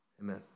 Amen